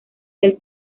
del